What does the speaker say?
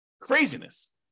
Craziness